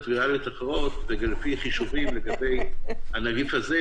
ויראליות אחרות ולפי חישובים לגבי הנגיף הזה,